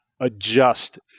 adjust –